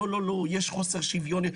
להגיד שיש חוסר שוויון.